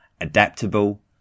adaptable